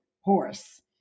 horse